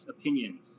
opinions